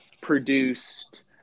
produced